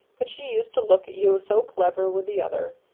but she used to look at you so clever with the other,